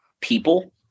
people